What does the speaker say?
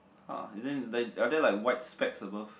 !huh! isn't it like are there like white specs above